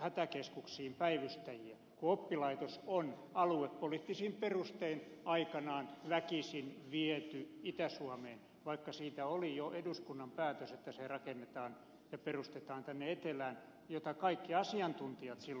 hätäkeskuksiin päivystäjiä kun oppilaitos on aluepoliittisin perustein aikanaan väkisin viety itä suomeen vaikka siitä oli jo eduskunnan päätös että se rakennetaan ja perustetaan tänne etelään mitä kaikki asiantuntijat silloin kannattivat